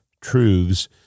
truths